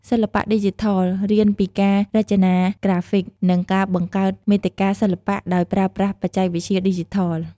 សិល្បៈឌីជីថល រៀនពីការរចនាក្រាហ្វិក និងការបង្កើតមាតិកាសិល្បៈដោយប្រើប្រាស់បច្ចេកវិទ្យាឌីជីថល។